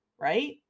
Right